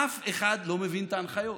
אף אחד לא מבין את ההנחיות.